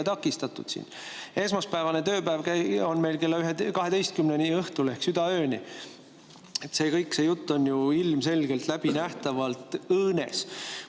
takistatud olnud. Esmaspäevane tööpäev on meil kella 12-ni õhtul ehk südaööni. Kõik see jutt on ju ilmselgelt, läbinähtavalt õõnes.